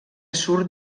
surt